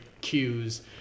cues